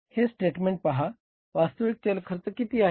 हे स्टेटमेंट पहा वास्तविक चल खर्च किती आहे